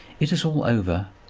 it is all over.